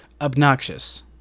obnoxious